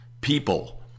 people